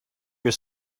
your